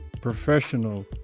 professional